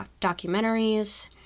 documentaries